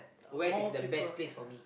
west is the best place for me